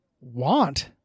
want